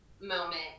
moment